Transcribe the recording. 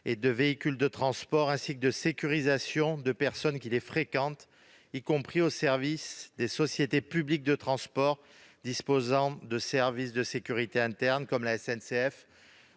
et des véhicules de transport, ainsi que de sécurisation des personnes qui les fréquentent, y compris au service des sociétés publiques de transport disposant de services de sécurité internes, comme la SNCF